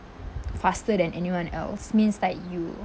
faster than anyone else means like you